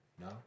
No